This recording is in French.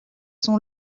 son